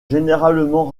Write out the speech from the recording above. généralement